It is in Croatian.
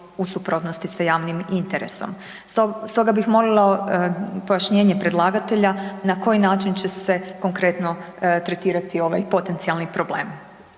u suprotnosti sa javnim interesom. Stoga bih molila pojašnjenje predlagatelja na koji način će se konkretno tretirati ovaj potencijalni problem?